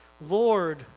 Lord